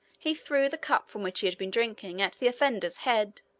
he threw the cup from which he had been drinking at the offender's head.